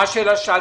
מה השאלה ששאלתי?